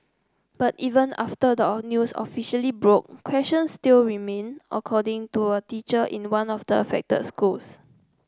but even after the news officially broke questions still remain according to a teacher in one of the affected schools